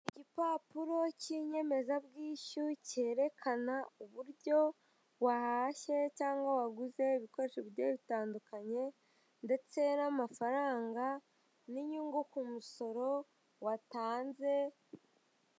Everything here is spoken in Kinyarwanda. Igipapuro cy'inyemezabwishyu cyerekana uburyo wahashye cyangwa waguze ibikoresho bigiye bitandukanye ndetse n'amafaranga n'inyungu ku musoro watanze.